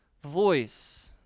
voice